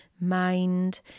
MIND